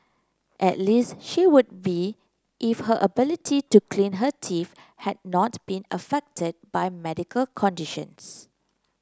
at least she would be if her ability to clean her teeth had not been affected by medical conditions